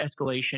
escalation –